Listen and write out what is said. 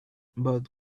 but